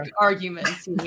arguments